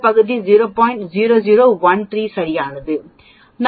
0013 சரியானது